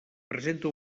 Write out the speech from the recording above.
presenta